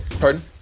Pardon